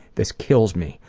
this kills me.